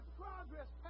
progress